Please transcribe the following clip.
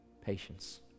patience